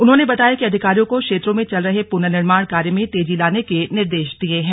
उन्होंने बताया कि अधिकारियों को क्षेत्रों में चल रहे पुनर्निर्माण कार्य में तेजी लाने के निर्देश दिए हैं